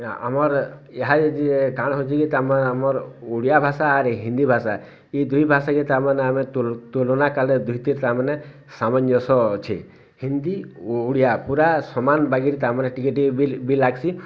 ଆମର୍ ଇହାଯେ ଜିଏ କାଣା ହଉଛେ କି ତାର୍ମାନେ ଆମର୍ ଓଡ଼ିଆ ଭାଷା ଆର୍ ହିନ୍ଦୀ ଭାଷା ଇ ଦୁଇ ଭାଷା କେ ତାର୍ମାନେ ଆମେ ତୁଳନା କାଳେ ଦୁଇ ଥିର ତାର୍ମାନେ ସାମଞ୍ଜସ୍ୟ ଅଛେ ହିନ୍ଦୀ ଓଡ଼ିଆ ପୁରା ସମାନ୍ ବାଗିର୍ ତାର୍ମାନେ ଟିକେ ଟିକେ ବି ବି ଲାଗ୍ସି